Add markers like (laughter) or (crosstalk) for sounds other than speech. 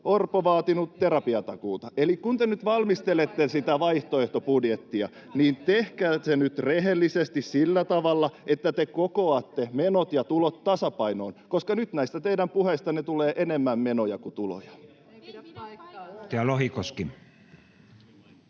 Orpo on vaatinut terapiatakuuta. (noise) Eli kun te nyt valmistelette sitä vaihtoehtobudjettia, niin tehkää se nyt rehellisesti sillä tavalla, että te kokoatte menot ja tulot tasapainoon, koska nyt näistä teidän puheistanne tulee enemmän menoja kuin tuloja. [Timo Heinonen: